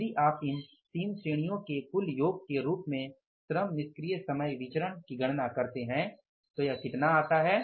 यदि आप इन 3 श्रेणियों के कुल योग के रूप में श्रम निष्क्रिय समय विचरण की गणना करते हैं तो यह कितना आता है